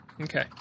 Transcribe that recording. Okay